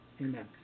Amen